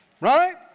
Right